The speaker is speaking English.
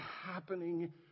happening